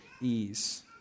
ease